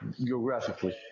geographically